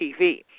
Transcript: TV